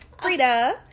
frida